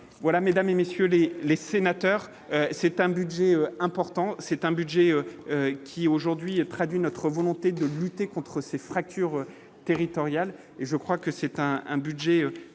voilà Mesdames et messieurs les les sénateurs, c'est un budget important, c'est un budget qui aujourd'hui traduit notre volonté de lutter contre ces fractures territoriales et je crois que c'est un un budget